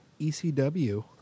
ECW